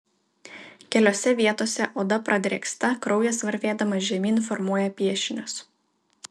keliose vietose oda pradrėksta kraujas varvėdamas žemyn formuoja piešinius